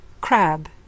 Crab